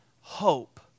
hope